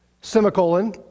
semicolon